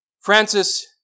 Francis